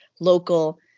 local